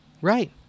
right